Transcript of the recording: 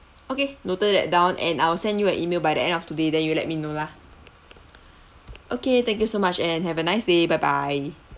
okay noted that down and I will send you an email by the end of today then you let me know lah okay thank you so much and have a nice day bye bye